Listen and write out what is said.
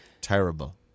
terrible